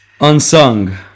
unsung